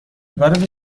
وارد